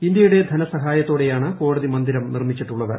ഇന്ത്യയുടെ ധനസഹായത്തോടെയാണ് കോടതി മന്ദിരം നിർമ്മിച്ചിട്ടുള്ളത്